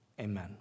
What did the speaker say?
Amen